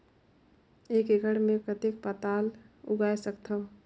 एक एकड़ मे कतेक पताल उगाय सकथव?